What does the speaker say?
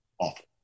awful